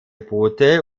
boote